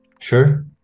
Sure